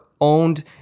owned